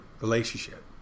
relationship